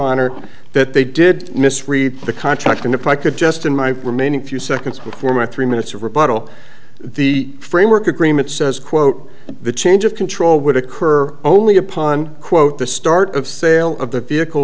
honor that they did misread the contract and if i could just in my remaining few seconds before my three minutes of rebuttal the framework agreement says quote the change of control would occur only upon quote the start of sale of the vehicle